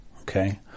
Okay